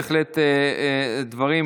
בהחלט דברים,